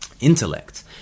intellect